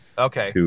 Okay